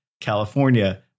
California